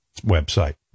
website